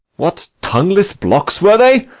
what, tongueless blocks were they!